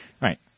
right